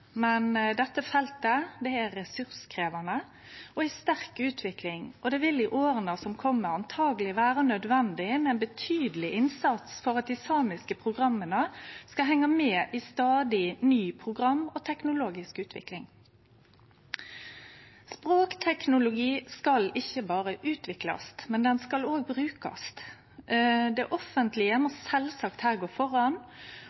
men dette feltet er ressurskrevjande og i sterk utvikling, og det vil i åra som kjem, truleg vere nødvendig med ein betydeleg innsats for at dei samiske programma skal henge med i stadig ny program- og teknologisk utvikling. Språkteknologi skal ikkje berre utviklast, men òg brukast. Det offentlege må sjølvsagt her gå føre, og digital tilgang til offentlege